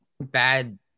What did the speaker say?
bad